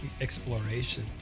exploration